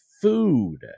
food